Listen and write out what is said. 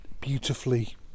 beautifully